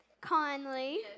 Conley